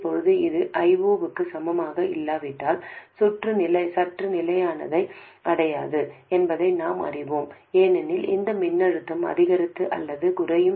இப்போது இது I0 க்கு சமமாக இல்லாவிட்டால் சுற்று நிலையான நிலையை அடையாது என்பதை நாம் அறிவோம் ஏனெனில் இந்த மின்னழுத்தம் அதிகரித்து அல்லது குறையும்